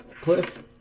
Cliff